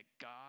God